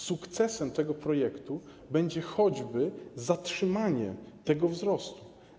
Sukcesem tego projektu będzie choćby zatrzymanie tego wzrostu.